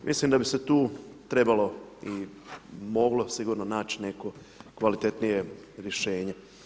Mislim da bi se tu trebalo i moglo sigurno naći neko kvalitetnije rješenje.